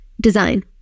Design